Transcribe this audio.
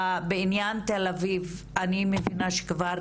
בעניין תל-אביב, אני מבינה שכבר